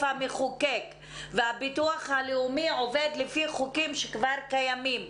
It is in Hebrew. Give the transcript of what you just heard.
המחוקק והוא עובד לפי חוקים שכבר קיימים.